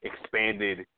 expanded